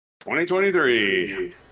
2023